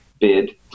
bid